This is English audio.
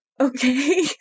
Okay